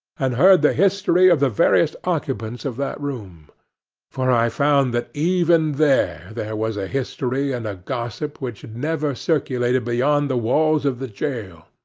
and heard the history of the various occupants of that room for i found that even there there was a history and a gossip which never circulated beyond the walls of the jail.